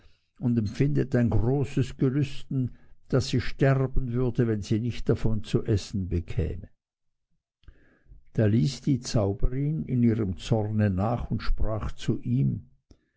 und empfindet ein so großes gelüsten daß sie sterben würde wenn sie nicht davon zu essen bekäme da ließ die zauberin in ihrem zorne nach und sprach zu ihm